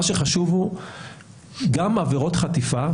מה שחשוב הוא שגם עבירות חטיפה,